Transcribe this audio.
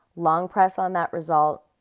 long press on that result,